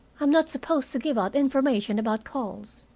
i'm not supposed to give out information about calls.